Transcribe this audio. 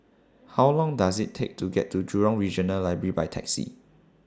How Long Does IT Take to get to Jurong Regional Library By Taxi